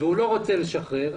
והוא לא רוצה לשחרר.